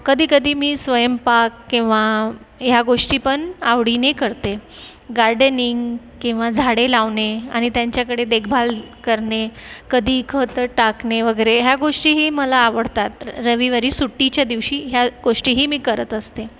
कधीकधी मी स्वयंपाक किंवा ह्या गोष्टी पण आवडीने करते गार्डेनिंग किंवा झाडे लावणे आणि त्यांच्याकडे देखभाल करणे कधी खतं टाकणे वगैरे ह्या गोष्टीही मला आवडतात रविवारी सुट्टीच्या दिवशी ह्या गोष्टीही मी करत असते